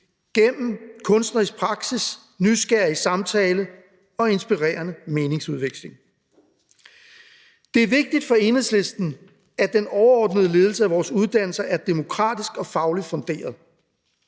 gennem kunstnerisk praksis, nysgerrig samtale og inspirerende meningsudveksling. Det er vigtigt for Enhedslisten, at den overordnede ledelse af vores uddannelser er demokratisk og fagligt funderet.